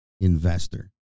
investor